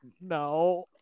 no